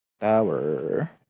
Tower